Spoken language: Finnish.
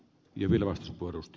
arvoisa puhemies